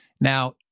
Now